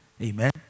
Amen